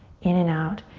in and out,